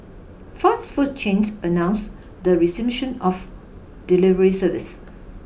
fast food chains announced the resumption of delivery services